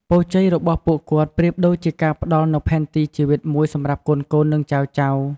ពរជ័យរបស់ពួកគាត់ប្រៀបដូចជាការផ្តល់នូវផែនទីជីវិតមួយសម្រាប់កូនៗ និងចៅៗ។